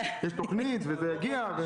יש תוכנית וזה יגיע.